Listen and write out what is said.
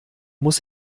muss